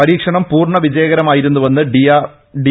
പരീക്ഷണം പൂർണ്ണ വിജയകരമായിരുന്നുവെന്ന് ഡി